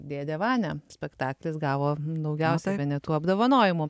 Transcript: dėdė vania spektaklis gavo daugiausia bene tų apdovanojimų